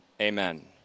Amen